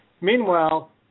meanwhile